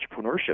entrepreneurship